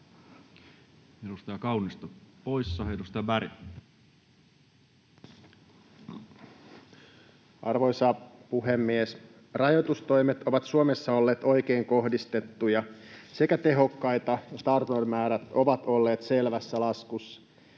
muuttamisesta Time: 16:32 Content: Arvoisa puhemies! Rajoitustoimet ovat Suomessa olleet oikein kohdistettuja sekä tehokkaita, ja tartuntamäärät ovat olleet selvässä laskussa.